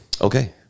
Okay